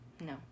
No